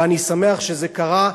ואני שמח שזה קרה.